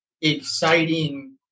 exciting